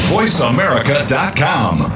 VoiceAmerica.com